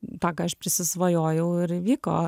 tą ką aš prisisvajojau ir įvyko